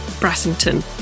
Brassington